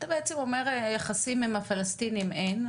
אתה בעצם אומר יחסים עם הפלסטינים אין,